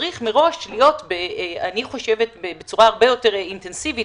צריך מראש לראות בצורה הרבה יותר אינטנסיבית,